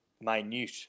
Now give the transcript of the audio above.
minute